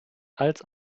als